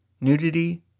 nudity